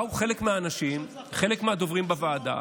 באו חלק מהאנשים, חלק מהדוברים בוועדה,